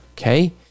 okay